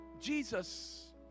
Jesus